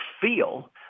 feel